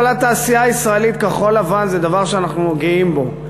אבל התעשייה הישראלית כחול-לבן זה דבר שאנחנו גאים בו,